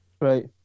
Right